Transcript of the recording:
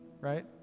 right